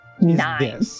nine